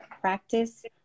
practice